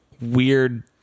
weird